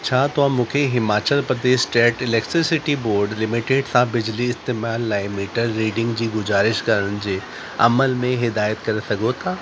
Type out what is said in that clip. छा तव्हां मुखे Himachal Pradesh state electricity board limited सां बिजली इस्तेमाल लाइ मीटर रीडिंग जी गुज़ारिश करण जे अमल में हिदायत करे सघो था